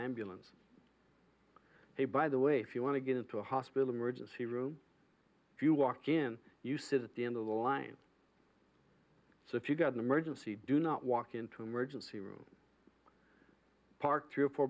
ambulance a by the way if you want to get into a hospital emergency room if you walk in you sit at the end of the line so if you've got an emergency do not walk into emergency room parked your four